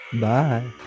bye